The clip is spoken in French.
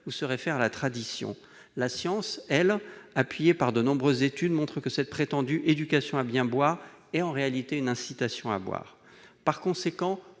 se réfèrent à la tradition. La science, elle, appuyée par de nombreuses études, montre que cette prétendue « éducation à bien boire » est en réalité une incitation à boire. Comment